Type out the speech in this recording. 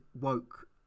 woke